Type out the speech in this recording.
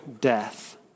death